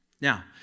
Now